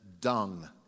dung